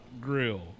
grill